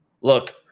Look